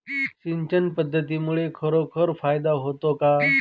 सिंचन पद्धतीमुळे खरोखर फायदा होतो का?